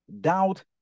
doubt